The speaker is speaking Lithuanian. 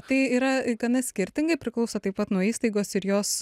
tai yra gana skirtingai priklauso taip pat nuo įstaigos ir jos